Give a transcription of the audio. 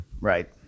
Right